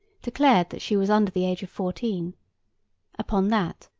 declared that she was under the age of fourteen upon that,